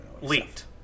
leaked